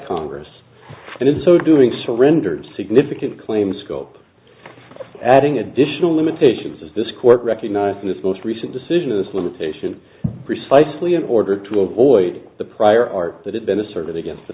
congress and in so doing so rendered significant claims scope adding additional limitations as this court recognized this most recent decision of this limitation precisely in order to avoid the prior art that had been asserted against the